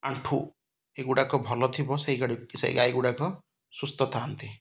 ଆଣ୍ଠୁ ଏଗୁଡ଼ାକ ଭଲ ଥିବ ସେଇ ଗାଈ ଗୁଡ଼ାକ ସୁସ୍ଥ ଥାନ୍ତି